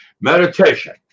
Meditation